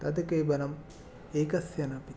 तत् केवलम् एकस्य नापितु